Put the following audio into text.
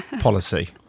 policy